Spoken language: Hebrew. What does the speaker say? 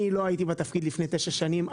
אני לא הייתי בתפקיד לפני 9 שנים.